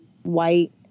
white